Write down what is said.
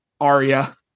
Arya